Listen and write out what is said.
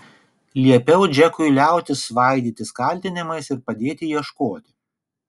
liepiau džekui liautis svaidytis kaltinimais ir padėti ieškoti